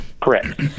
Correct